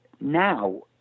now